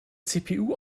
cpu